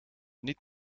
niet